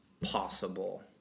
possible